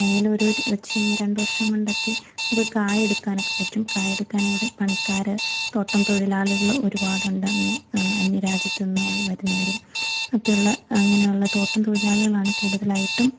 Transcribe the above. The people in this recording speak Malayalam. ഏലം ഒരു വച്ച് കഴിഞ്ഞാൽ രണ്ട് വർഷം കൊണ്ടൊക്കെ നമുക്ക് കായ എടുക്കാനൊക്കെ പറ്റും കായ എടുക്കാനിവിടെ പണിക്കാര് തോട്ടം തൊഴിലാളികള് ഒരുപാടുണ്ട് അങ്ങനെ അന്യരാജ്യത്ത് നിന്ന് വരുന്ന വരും ഒക്കെയുള്ള അങ്ങനെയുള്ള തോട്ടം തൊഴിലാളികളാണ് കൂടുതലായിട്ടും